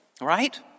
Right